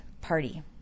party